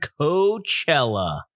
Coachella